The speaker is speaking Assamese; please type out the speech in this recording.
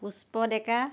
পুষ্প ডেকা